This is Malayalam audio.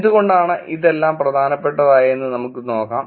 എന്തുകൊണ്ടാണ് ഇതെല്ലാം പ്രധാനപെട്ടതായതെന്നു നമുക്ക് നോക്കാം